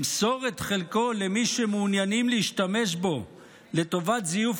למסור את חלקו למי שמעוניינים להשתמש בו לטובת זיוף